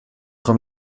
خوام